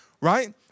right